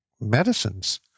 medicines